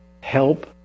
Help